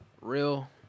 Real